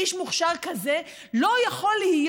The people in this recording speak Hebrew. איש מוכשר כזה לא יכול להיות